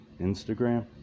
Instagram